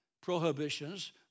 prohibitions